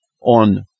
on